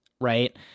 right